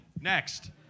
Next